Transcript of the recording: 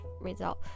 result